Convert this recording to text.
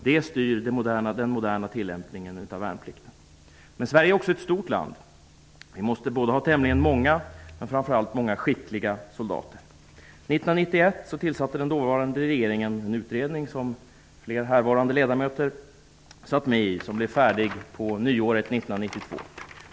Det är detta som styr den moderna tillämpningen av värnplikten. Sverige är ett stort land och måste därför har tämligen många men framför allt skickliga soldater. 1991 tillsatte den dåvarande regeringen en utredning som flera härvarande ledamöter satt med i. Den blev färdig vid nyåret 1992.